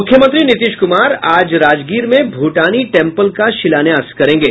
मुख्यमंत्री नीतीश कुमार आज राजगीर में भूटानी टेम्पल का शिलान्यास करेंगे